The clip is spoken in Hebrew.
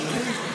אתה מבין?